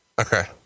Okay